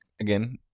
again